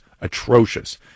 atrocious